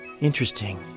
Interesting